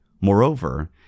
Moreover